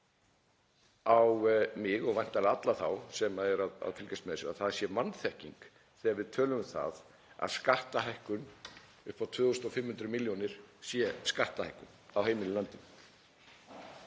það sé vanþekking þegar við tölum um það að skattahækkun upp á 2.500 milljónir sé skattahækkun á heimilin í landinu.